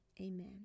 Amen